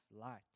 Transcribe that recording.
light